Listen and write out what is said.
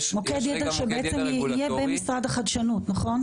הוא יהיה במשרד החדשנות, נכון?